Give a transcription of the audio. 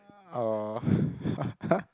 uh